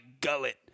gullet